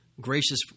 gracious